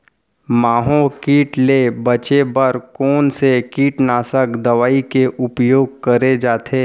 माहो किट ले बचे बर कोन से कीटनाशक दवई के उपयोग करे जाथे?